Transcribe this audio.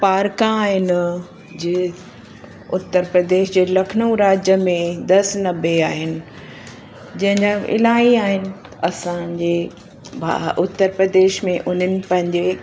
पार्कां आहिनि जीअं उत्तर प्रदेश जे लखनऊ राज्य में दस नब्बें आहिनि जंहिंजा इलाही आहिनि असांजे उत्तर प्रदेश में उन्हनि पंहिंजे